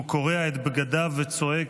הוא קורע את בגדיו וצועק: